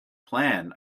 plan